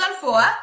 four